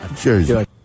Jersey